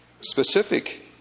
specific